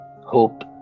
hope